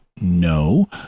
No